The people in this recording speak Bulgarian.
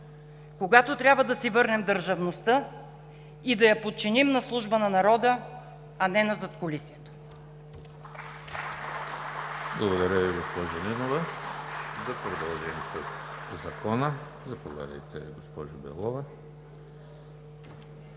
когато трябва да си върнем държавността и да я подчиним на служба на народа, а не на задкулисието.